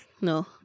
No